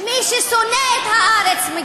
מי ששונא את הארץ,